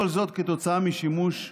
כל זאת כתוצאה משימוש בנשק,